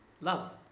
love